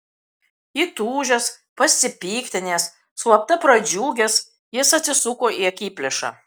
įtūžęs pasipiktinęs slapta pradžiugęs jis atsisuko į akiplėšą